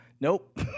Nope